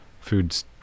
Food's